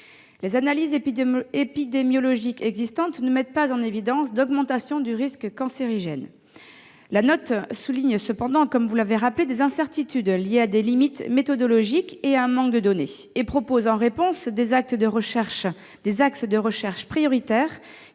Les analyses épidémiologiques existantes ne mettent en évidence aucune augmentation du risque cancérigène. La note fait cependant état, comme vous l'avez rappelé, d'incertitudes liées à des limites méthodologiques et à un manque de données ; sont proposés, en réponse, des axes de recherche prioritaires